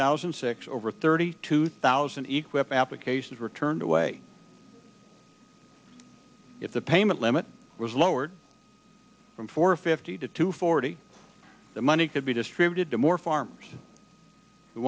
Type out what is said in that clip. thousand and six over thirty two thousand eclipse applications were turned away at the payment limit was lowered from four fifty to two forty the money could be distributed to more farmers who